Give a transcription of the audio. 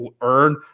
earn